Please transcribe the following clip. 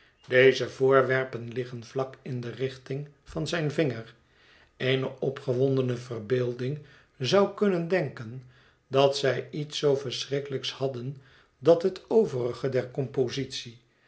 deze voorwerpen liggen vlak in de richting van zijn vinger eene opgewondene verbeelding zou kunnen denken dat zij iets zoo verschrikkelijks hadden dat het overige der compositie